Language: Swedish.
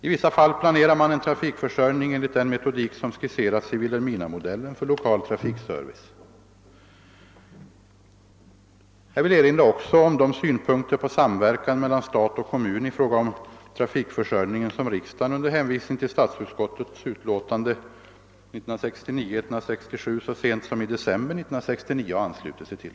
I vissa fall planerar man en trafikförsörjning enligt den metodik som skisserats i Vilhelminamodellen för lokal trafikservice. Jag vill också erinra om de synpunkter på samverkan mellan stat och kommun i fråga om trafikförsörjningen som riksdagen under hänvisning till statsutskottets utlåtande nr 167 år 1969 så sent som i december förra året har anslutit sig till.